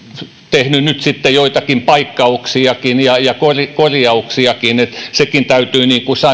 tehnyt joitakin paikkauksiakin ja ja korjauksiakin sekin täytyy sanoa mutta